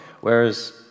whereas